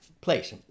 place